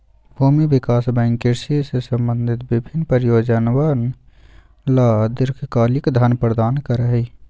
भूमि विकास बैंक कृषि से संबंधित विभिन्न परियोजनअवन ला दीर्घकालिक धन प्रदान करा हई